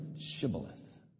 shibboleth